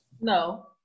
No